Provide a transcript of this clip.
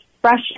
fresh